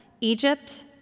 Egypt